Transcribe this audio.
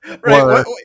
Right